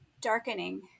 darkening